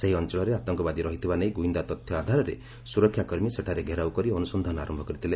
ସେହି ଅଞ୍ଚଳରେ ଆତଙ୍କବାଦୀ ରହିଥିବା ନେଇ ଗୁଇନ୍ଦା ତଥ୍ୟ ଆଧାରରେ ସୁରକ୍ଷାକର୍ମୀ ସେଠାରେ ଘେରାଉ କରି ଅନୁସନ୍ଧାନ ଆରମ୍ଭ କରିଥିଲେ